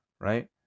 right